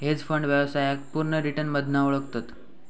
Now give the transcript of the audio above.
hedge fund व्यवसायाक पुर्ण return मधना ओळखतत